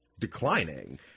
declining